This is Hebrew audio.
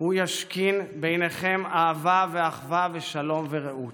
הוא ישכין ביניכם אהבה ואחווה ושלום ורעות".